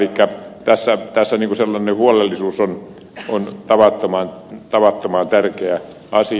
elikkä tässä huolellisuus on tavattoman tärkeä asia